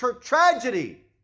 tragedy